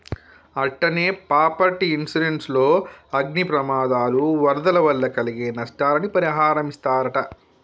అట్టనే property insurance లో అగ్ని ప్రమాదాలు, వరదల వల్ల కలిగే నస్తాలని పరిహారమిస్తరట